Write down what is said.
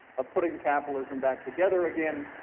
of putting capitalism back together again,